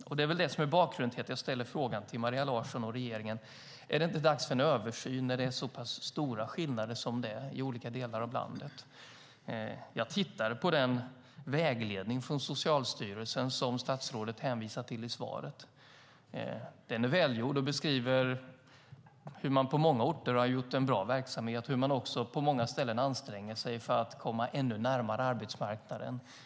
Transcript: Och det är det som är bakgrunden till att jag ställer frågan till Maria Larsson och regeringen: Är det inte dags för en översyn när det är så pass stora skillnader som det är i olika delar av landet? Jag tittade på den vägledning från Socialstyrelsen som statsrådet hänvisar till i svaret. Den är välgjord och beskriver hur man på många orter har ordnat en bra verksamhet och hur man på många ställen också anstränger sig för att komma ännu närmare arbetsmarknaden.